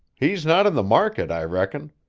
he's not in the market, i reckon.